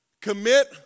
Commit